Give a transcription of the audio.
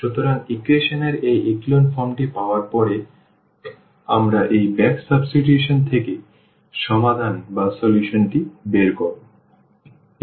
সুতরাং ইকুয়েশন এর এই echelon form টি পাওয়ার পরে আমরা এই ব্যাক সাবস্টিটিউশন থেকে সমাধানটি বের করি